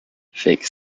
fake